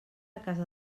casa